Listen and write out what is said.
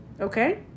Okay